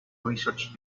research